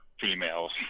females